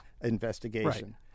investigation